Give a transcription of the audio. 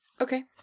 Okay